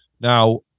now